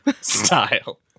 style